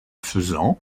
faisant